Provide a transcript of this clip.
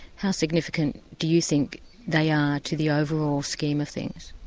how significant do you think they are to the overall scheme of things?